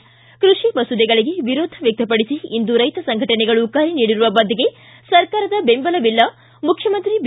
ಿ ಕೃಷಿ ಮಸೂದೆಗಳಿಗೆ ವಿರೋಧ ವ್ಲಕ್ತಪಡಿಸಿ ಇಂದು ರೈತ ಸಂಘಟನೆಗಳು ಕರೆ ನೀಡಿರುವ ಬಂದ್ಗೆ ಸರ್ಕಾರದ ಬೆಂಬಲವಿಲ್ಲ ಮುಖ್ಯಮಂತ್ರಿ ಬಿ